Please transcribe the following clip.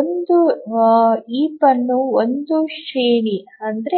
ಒಂದು ರಾಶಿಯನ್ನು ಒಂದು ಶ್ರೇಣಿ